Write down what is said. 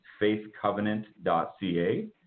faithcovenant.ca